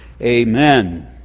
Amen